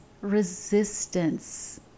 resistance